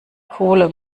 kohle